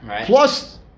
plus